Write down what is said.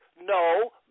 no